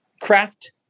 craft